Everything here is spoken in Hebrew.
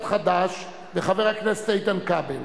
סעיף 1 אושר בהתאם להצעת הוועדה.